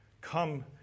Come